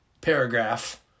paragraph